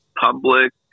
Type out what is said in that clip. public